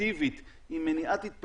מבחינתנו כל מי שבבידוד זה כבר שם אותו